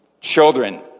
children